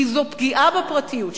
כי זו פגיעה בפרטיות שלכם.